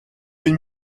une